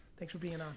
thanks for being on.